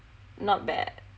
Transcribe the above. not bad